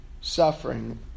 suffering